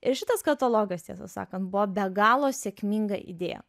ir šitas katalogas tiesą sakant buvo be galo sėkminga idėja